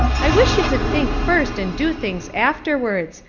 i wish you could think first and do things afterwards,